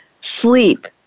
sleep